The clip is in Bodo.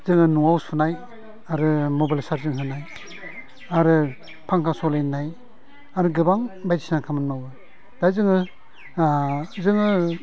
जोङो न'आव सुनाय आरो मबाइल चारजिं होनाय आरो फांखा सालायनाय आरो गोबां बायदिसिना खामानि मावो दा जोङो जोङो